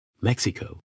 Mexico